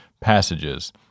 passages